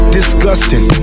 Disgusting